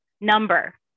number